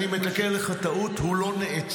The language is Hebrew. אני מתקן לך טעות: הוא לא נעצר,